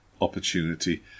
opportunity